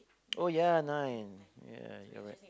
oh ya nine ya you're right